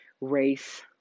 race